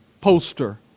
poster